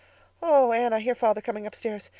oh, anne, i hear father coming upstairs.